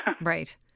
Right